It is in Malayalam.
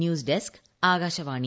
news desk Akashvani